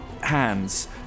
hands